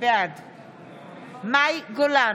בעד מאי גולן,